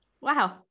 Wow